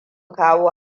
kawo